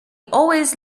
always